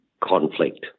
conflict